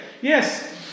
yes